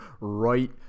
right